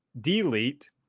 delete